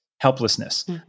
helplessness